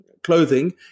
Clothing